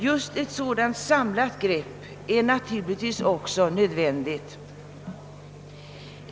Just ett sådant samlat grepp är naturligtvis nödvändigt.